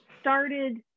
started